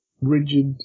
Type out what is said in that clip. Rigid